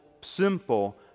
simple